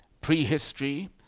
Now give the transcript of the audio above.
Prehistory